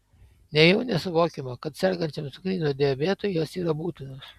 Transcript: nejau nesuvokiama kad sergančiam cukriniu diabetu jos yra būtinos